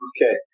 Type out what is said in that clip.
Okay